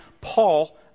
Paul